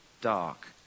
dark